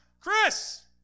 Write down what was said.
Chris